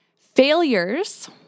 failures